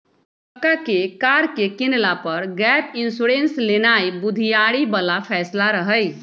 कक्का के कार के किनला पर गैप इंश्योरेंस लेनाइ बुधियारी बला फैसला रहइ